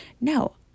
no